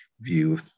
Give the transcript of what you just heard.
view